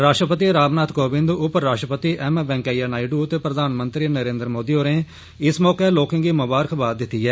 राष्ट्रपति रामनाथ कोविन्द उप राष्ट्रपति एम वैण्केय्या नायडू ते प्रधानमंत्री नरेन्द्र मोदी होरे इस मौके लोके गी मुमारख दिती ऐ